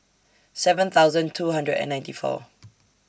seven thousand two hundred and ninety four